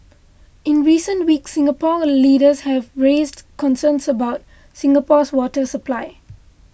in recent weeks Singapore leaders have raised concerns about Singapore's water supply